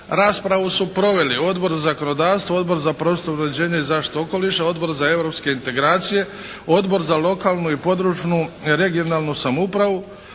Raspravu su proveli Odbor za zakonodavstvo, Odbor za prostorno uređenje i zaštitu okoliša, Odbor za europske integracije, Odbor za lokalnu i područnu (regionalnu) samoupravu.